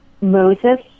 Moses